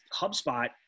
HubSpot